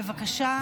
בבקשה.